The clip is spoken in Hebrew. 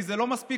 כי זה לא מספיק,